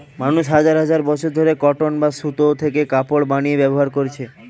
মানুষ হাজার হাজার বছর ধরে কটন বা সুতো থেকে কাপড় বানিয়ে ব্যবহার করছে